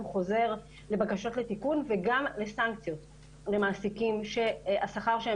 חוזר לבקשות לתיקון וגם לסנקציות למעסיקים שהשכר שהם